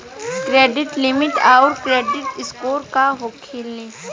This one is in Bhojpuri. क्रेडिट लिमिट आउर क्रेडिट स्कोर का होखेला?